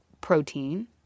protein